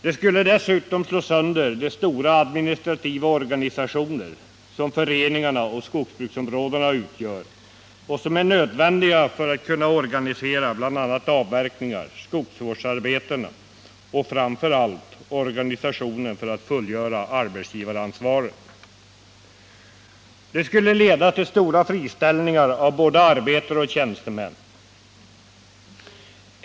Det skulle dessutom slå sönder de stora administrativa organisationer som föreningarna och skogsbruksområdena utgör och som är nödvändiga för att kunna organisera bl.a. avverkningar och skogsvårdsarbeten samt framför allt för att fullgöra arbetsgivaransvaret. Det skulle leda till stora friställningar av både arbetare och tjänstemän.